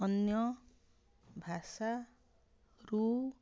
ଅନ୍ୟ ଭାଷାରୁ